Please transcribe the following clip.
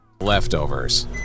Leftovers